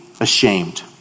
ashamed